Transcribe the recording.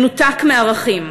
מנותק מערכים.